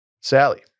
Sally